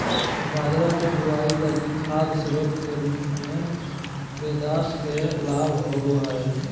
बाजरा के बुआई लगी खाद स्रोत के रूप में ग्रेदास के लाभ होबो हइ